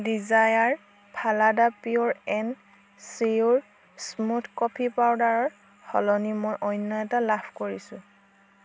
Dzire ফালাডা pure and sure smooth coffee পাউদাৰৰ সলনি মই অন্য এটা লাভ কৰিছোঁ